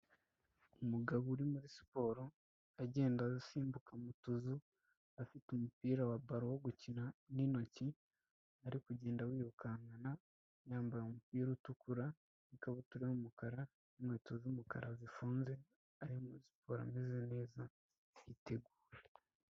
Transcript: Umugabo uri muri siporo agenda asimbuka mu tuzu, afite umupira wa ballon wo gukina n'intoki, ari kugenda yirukankana, yambaye umupira utukura n'ikabutura y'umukara, n'inkweto z'umukara zifunze arimo siporo ameze neza yitegura.